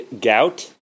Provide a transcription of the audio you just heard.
gout